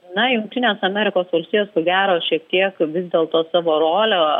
na jungtinės amerikos valstijos ko gero šiek tiek vis dėlto savo rolę